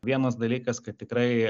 vienas dalykas kad tikrai